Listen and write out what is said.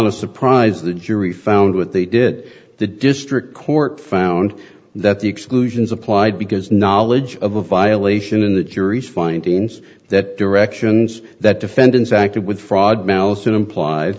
a surprise the jury found what they did the district court found that the exclusions applied because knowledge of a violation in the jury's findings that directions that defendants acted with fraud malice in implies